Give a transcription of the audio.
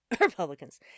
republicans